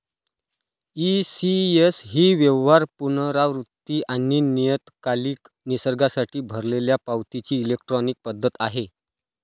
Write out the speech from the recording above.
ECS ही व्यवहार, पुनरावृत्ती आणि नियतकालिक निसर्गासाठी भरलेल्या पावतीची इलेक्ट्रॉनिक पद्धत आहे